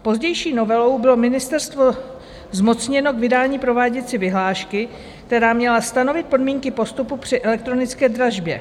Pozdější novelou bylo ministerstvo zmocněno k vydání prováděcí vyhlášky, která měla stanovit podmínky postupu při elektronické dražbě.